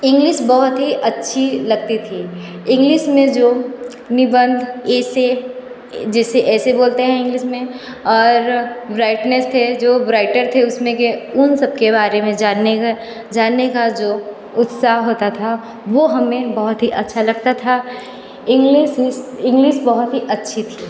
English बहुत ही अच्छी लगती थी इंग्लीस में जो निबंध एसें जैसे एसें बोलते है इंग्लीस में और ब्रायट्नस थे जो ब्रायटर थे उसमें उम सबके बारे में जानने का जानने का जो उत्साह होता था वो हमें बहुत ही अच्छा लगता था इंग्लीस इंग्लीस बहुत ही अच्छी थी